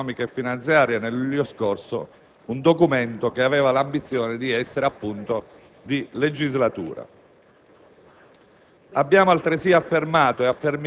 tracciata nel Documento di programmazione economico-finanziaria nel luglio scorso, un documento che aveva l'ambizione di essere, appunto, di legislatura.